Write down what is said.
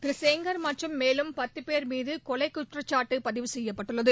திரு செங்கார் மற்றும் மேலும் பத்து போ் மீது கொலை குற்றச்சாட்டு பதிவு செய்யப்பட்டுள்ளது